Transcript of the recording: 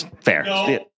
Fair